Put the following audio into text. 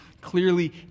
clearly